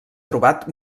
trobat